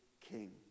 king